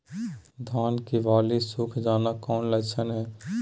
धान की बाली सुख जाना कौन लक्षण हैं?